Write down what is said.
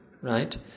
Right